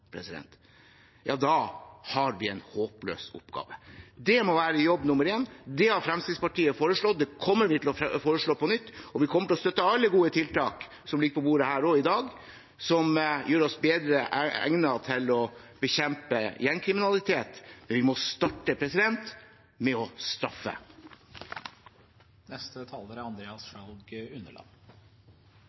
en håpløs oppgave. Det må være jobb nummer én. Det har Fremskrittspartiet foreslått. Det kommer vi til å foreslå på nytt. Vi kommer til å støtte alle gode tiltak som ligger på bordet i dag som gjør oss bedre egnet til å bekjempe gjengkriminalitet, men vi må starte med å straffe.